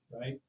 right